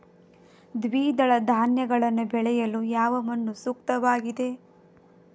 ದ್ವಿದಳ ಧಾನ್ಯಗಳನ್ನು ಬೆಳೆಯಲು ಯಾವ ಮಣ್ಣು ಸೂಕ್ತವಾಗಿದೆ?